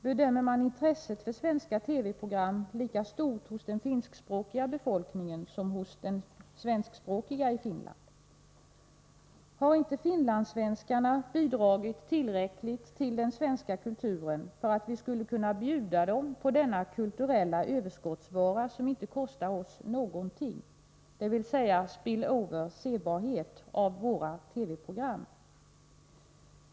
Bedömer man intresset för svenska TV program vara lika stort hos den finskspråkiga befolkningen som hos den svenskspråkiga i Finland? Har inte finlandssvenskarna bidragit tillräckligt till den svenska kulturen för att vi skall kunna bjuda dem på denna kulturella överskottsvara, som inte kostar oss någonting, dvs. spill-over-sebarhet av våra TV-program.